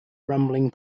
rumbling